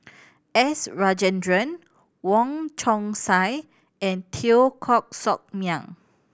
S Rajendran Wong Chong Sai and Teo Koh Sock Miang